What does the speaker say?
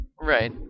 Right